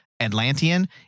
Atlantean